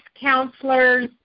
counselors